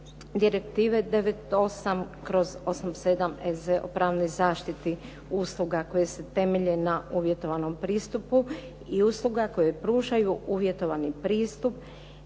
Direktive 98/87 EZ o pravnoj zaštiti usluga koje se temelje na uvjetovanom pristupu i usluga koje pružaju uvjetovani pristup